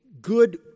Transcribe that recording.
good